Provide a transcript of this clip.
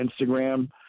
Instagram